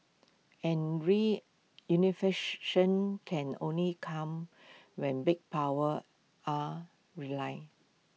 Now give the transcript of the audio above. and can only come when big powers are realigned